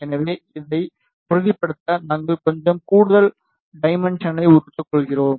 எனவே இதை உறுதிப்படுத்த நாங்கள் கொஞ்சம் கூடுதல் டைமென்ஷனை எடுத்துக்கொள்கிறோம்